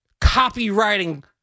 copywriting